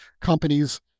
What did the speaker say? companies